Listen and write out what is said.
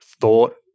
thought